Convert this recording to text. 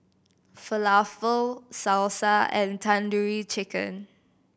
Falafel Salsa and Tandoori Chicken